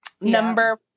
Number